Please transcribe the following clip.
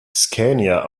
scania